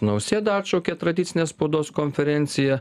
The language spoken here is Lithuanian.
nausėda atšaukė tradicinę spaudos konferenciją